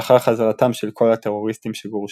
לאחר חזרתם של כל הטרוריסטים שגורשו.